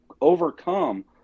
overcome